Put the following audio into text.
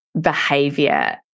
behavior